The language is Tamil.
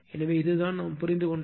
எனவே இதுதான் நாம் புரிந்து கொண்டது